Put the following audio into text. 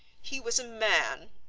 he was a man,